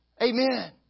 Amen